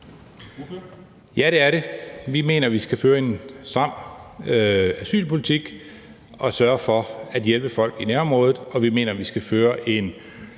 Ja, det er det. Vi mener, vi skal føre en stram asylpolitik og sørge for at hjælpe folk i nærområdet, og vi mener, vi skal føre en